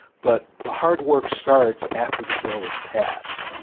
but the hard work starts after the bill is passed.